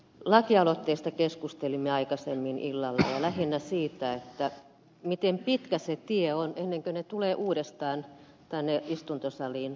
lakialoitteesta keskustelimme aikaisemmin illalla ja lähinnä siitä miten pitkä se tie on ennen kuin ne tulevat uudestaan tänne istuntosaliin käsittelyyn